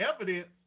evidence